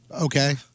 Okay